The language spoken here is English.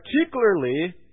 particularly